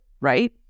right